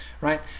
right